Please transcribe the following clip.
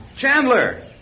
Chandler